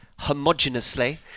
homogeneously